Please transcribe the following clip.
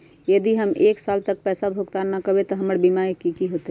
यदि हम एक साल तक पैसा भुगतान न कवै त हमर बीमा के की होतै?